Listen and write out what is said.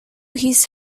his